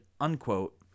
unquote